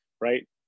right